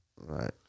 Right